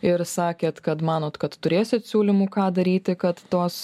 ir sakėt kad manot kad turėsit siūlymų ką daryti kad tos